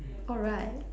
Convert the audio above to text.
alright